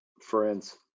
Friends